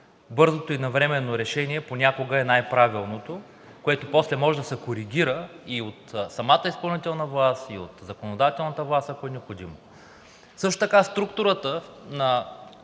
бързото и навременно решение понякога е най-правилното, което после може да се коригира и от самата изпълнителна власт, и от законодателната власт, ако е необходимо. Също така структурата на